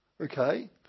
okay